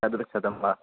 चतुः शतं वा